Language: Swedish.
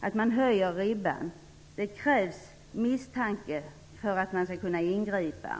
att man höjer ribban. Det krävs misstanke för att man skall kunna ingripa.